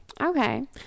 Okay